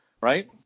Right